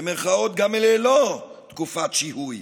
במירכאות, גם ללא תקופת שיהוי.